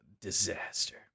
disaster